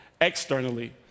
externally